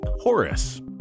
Horace